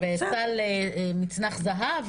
אפשר גם לדאוג לתנאים מוגדלים ומצנח זהב,